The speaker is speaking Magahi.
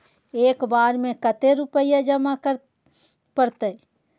एक बार में कते रुपया जमा करे परते?